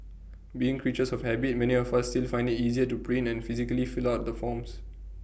being creatures of habit many of us still find IT easier to print and physically fill out the forms